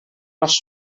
les